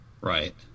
Right